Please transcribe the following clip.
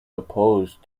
opposed